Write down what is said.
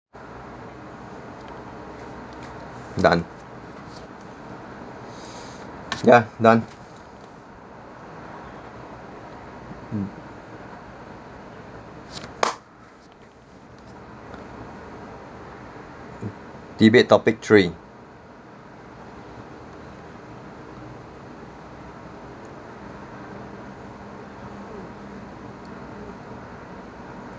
done done done hmm debate topic three